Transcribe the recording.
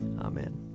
Amen